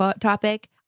topic